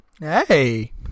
Hey